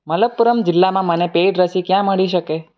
મલપ્પુરમ જિલ્લામાં મને પેઈડ રસી ક્યાં મળી શકે